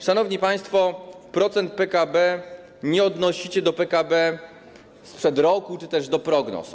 Szanowni państwo, procenta PKB nie odnosicie do PKB sprzed roku czy też do prognoz.